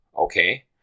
Okay